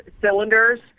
cylinders